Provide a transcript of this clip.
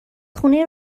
خونه